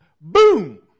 Boom